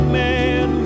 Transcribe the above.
man